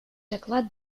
доклад